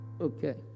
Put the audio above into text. okay